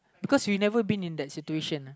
because you never been in that situation uh